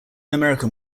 american